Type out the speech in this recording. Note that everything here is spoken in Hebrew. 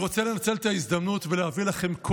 תפילות דתיות ותפילות חילוניות, תפילות הנאמרות